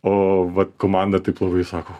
o va komanda taip labai sako